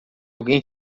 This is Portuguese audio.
alguém